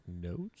notes